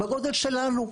בגודל שלנו,